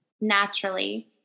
naturally